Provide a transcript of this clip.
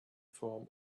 form